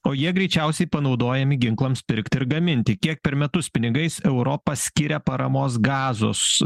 o jie greičiausiai panaudojami ginklams pirkti ir gaminti kiek per metus pinigais europa skiria paramos gazos